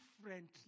differently